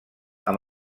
amb